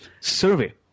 survey